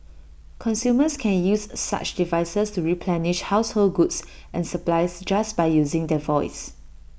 consumers can use such devices to replenish household goods and supplies just by using their voice